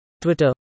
Twitter